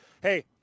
hey